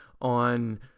on